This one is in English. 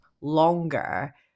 longer